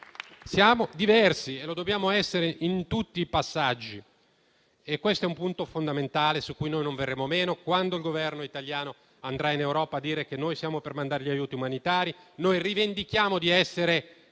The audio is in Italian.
Siamo diversi e lo dobbiamo essere in tutti i passaggi. Questo è un punto fondamentale su cui noi non verremo meno quando il Governo italiano andrà in Europa a dire che noi siamo per mandare gli aiuti umanitari. Noi rivendichiamo di essere il